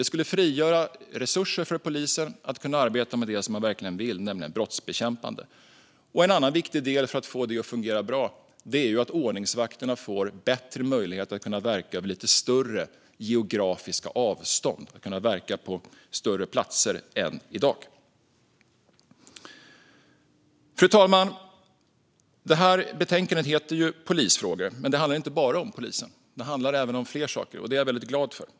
Det skulle frigöra resurser för polisen att kunna arbeta med det som man verkligen vill, nämligen brottsbekämpning. En annan viktig del för att få detta att fungera bra är att ordningsvakterna får bättre möjligheter att verka över lite större geografiska avstånd och större platser än i dag. Fru talman! Betänkandet heter Polisfrågor . Men det handlar inte bara om polisen. Det handlar även om fler saker, och det är jag väldigt glad för.